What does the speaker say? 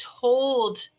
told